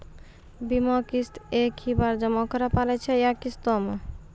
बीमा किस्त एक ही बार जमा करें पड़ै छै या किस्त मे?